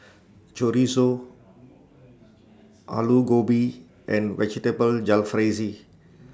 Chorizo Alu Gobi and Vegetable Jalfrezi